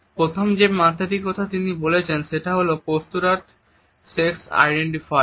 প্রথম যে মাত্রাটির কথা তিনি বলেছেন সেটি হল পস্তুরাল সেক্স আইডেন্টিফায়ার